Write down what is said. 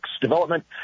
development